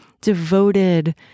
devoted